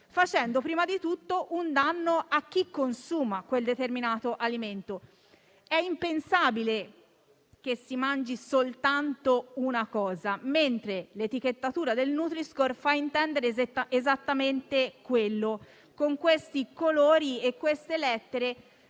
facendo prima di tutto un danno a chi consuma quel determinato alimento. È impensabile che si mangi soltanto una cosa, mentre l'etichettatura del nutri-score fa intendere esattamente quello, con questi colori e queste lettere,